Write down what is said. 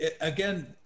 again